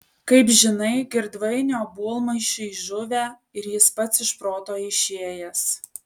kaip žinai girdvainio obuolmušiai žuvę ir jis pats iš proto išėjęs